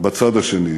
בצד השני.